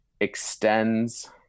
extends